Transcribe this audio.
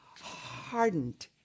hardened